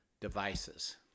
devices